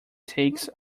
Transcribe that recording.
takes